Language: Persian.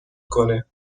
کنه